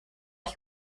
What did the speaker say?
ich